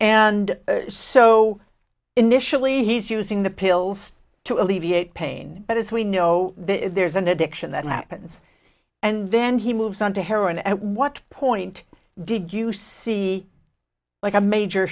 and so initially he's using the pills to alleviate pain but as we know there's an addiction that happens and then he moves on to heroin at what point did you see like a major